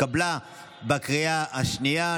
התקבלה בקריאה השנייה.